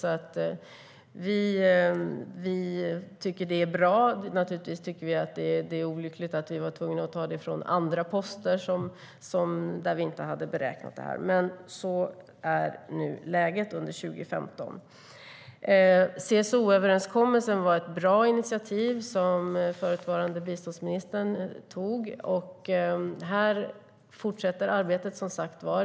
Regeringen tycker att det är bra. Naturligtvis tycker vi att det är olyckligt att vi var tvungna att ta medel från andra poster där dessa funktioner inte hade räknats in, men så är nu läget under 2015.SCO-överenskommelsen var ett bra initiativ som förutvarande biståndsministern tog. Här fortsätter arbetet.